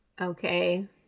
Okay